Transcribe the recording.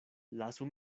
lasu